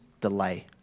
delay